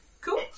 Cool